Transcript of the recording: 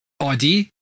idea